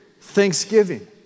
thanksgiving